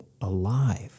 alive